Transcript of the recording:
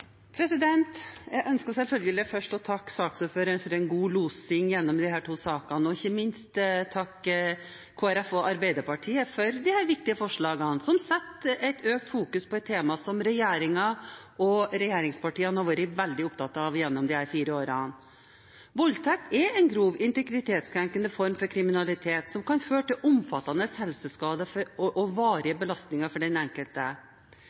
til. Jeg ønsker selvfølgelig først å takke saksordføreren for en god losing gjennom disse to sakene og ikke minst takke Kristelig Folkeparti og Arbeiderpartiet for disse viktige forslagene, som setter fokus på et tema som regjeringen og regjeringspartiene har vært veldig opptatt av gjennom disse fire årene. Voldtekt er en grov, integritetskrenkende form for kriminalitet som kan føre til omfattende helseskader og varige belastninger for den enkelte.